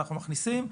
אנחנו מכניסים,